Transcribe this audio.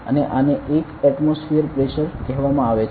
અને આને 1 atmosphere pressure કહેવામાં આવે છે